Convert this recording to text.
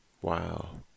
Wow